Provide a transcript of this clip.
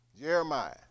Jeremiah